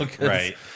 Right